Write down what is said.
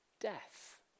Death